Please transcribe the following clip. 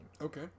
Okay